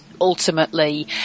ultimately